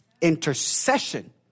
Intercession